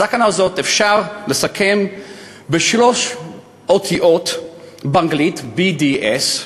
ואת הסכנה הזאת אפשר לסכם בשלוש אותיות באנגלית: BDS,